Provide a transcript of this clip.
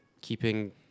keeping